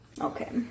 Okay